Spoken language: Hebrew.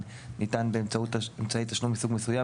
ניתנו באמצעות אמצעי תשלום מסוג מסוים,